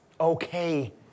okay